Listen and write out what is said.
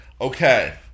Okay